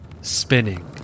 spinning